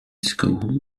school